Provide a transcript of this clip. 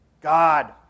God